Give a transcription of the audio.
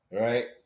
Right